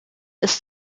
ist